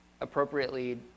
appropriately